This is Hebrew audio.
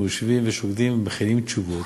אנחנו יושבים ושוקדים ומכינים תשובות,